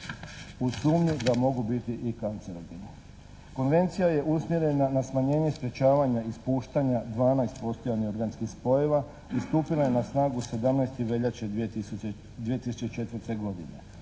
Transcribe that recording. uz sumnju da mogu biti i kancerogene. Konvencija je usmjerena na smanjenje sprječavanja ispuštanja dvanaest postojanih organskih spojeva i stupila je na snagu 17. veljače 2004. godine.